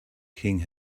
king